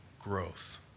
growth